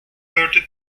thirty